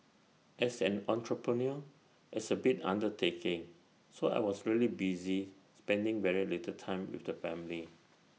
as an entrepreneur it's A big undertaking so I was really busy spending very little time with the family